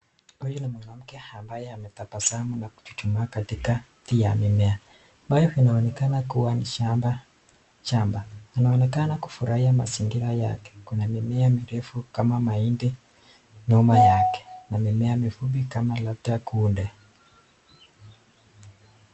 Huyu ni mwanamke ambaye ametabasamu na kuchuchumaa katikati ya mimea, ambayo inaonekana kuwa ni shamba. Anaonekana kufurahia mazingira yake. Kuna mimea mirefu kama mahindi nyuma yake na mimea mifupi kama labda kunde.